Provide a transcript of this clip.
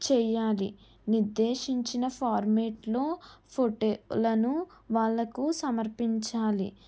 చెయ్యాలి నిర్దేశించిన ఫార్మేట్లో ఫోటోలను వాళ్లకు సమర్పించాలి